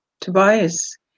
Tobias